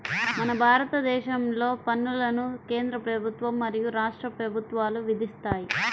మన భారతదేశంలో పన్నులను కేంద్ర ప్రభుత్వం మరియు రాష్ట్ర ప్రభుత్వాలు విధిస్తాయి